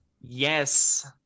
Yes